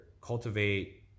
cultivate